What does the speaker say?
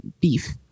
beef